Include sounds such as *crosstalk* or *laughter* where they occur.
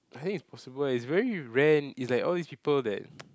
I think it's possible eh it's very rare is like all these people that *noise*